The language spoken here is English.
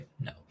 no